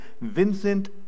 Vincent